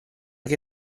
che